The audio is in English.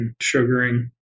sugaring